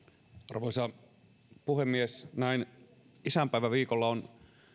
arvoisa puhemies näin isänpäiväviikolla on